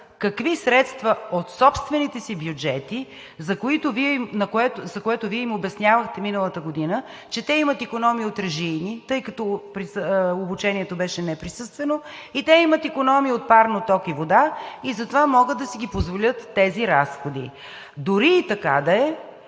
какви средства от собствените си бюджети, за което Вие им обяснявахте миналата година, че те имат икономии от режийни, тъй като обучението беше неприсъствено и те имат икономии от парно, ток и вода, и затова могат да си позволят тези разходи. Дори и така да е,